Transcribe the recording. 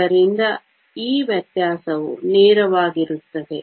ಆದ್ದರಿಂದ ಈ ವ್ಯತ್ಯಾಸವು ನೇರವಾಗಿರುತ್ತದೆ